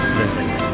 lists